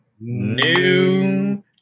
New